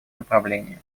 направление